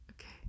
Okay